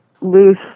loose